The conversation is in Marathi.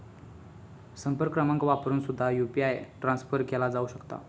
संपर्क क्रमांक वापरून सुद्धा यू.पी.आय ट्रान्सफर केला जाऊ शकता